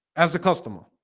as the customer